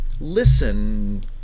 listen